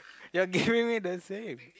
you are giving me the same